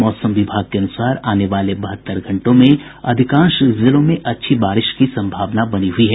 मौसम विभाग के अनुसार आने वाले बहत्तर घंटों में अधिकांश जिलों में अच्छी बारिश की सम्भावना बनी हुई है